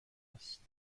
است